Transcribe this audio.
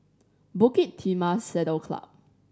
Bukit Timah Saddle Club